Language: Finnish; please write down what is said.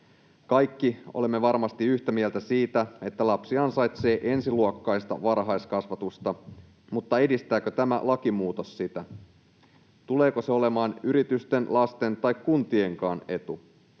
Kaikki olemme varmasti yhtä mieltä siitä, että lapsi ansaitsee ensiluokkaista varhaiskasvatusta, mutta edistääkö tämä lakimuutos sitä? Tuleeko se olemaan yritysten, lasten tai kuntienkaan etu?